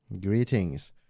Greetings